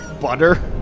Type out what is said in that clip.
Butter